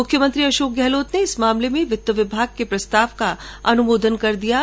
मुख्यमंत्री अशोक गहलोत ने इस मामले में वित्त विभाग के प्रस्ताव का अनुमोदन कर दिया है